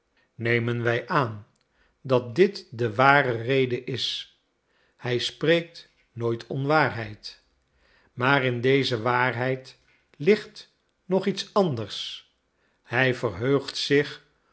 nemen wij aan dat dit de ware reden is hij spreekt nooit onwaarheid maar in deze waarheid ligt nog iets anders hij verheugt zich